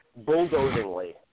bulldozingly